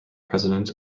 president